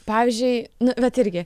pavyzdžiui nu vat irgi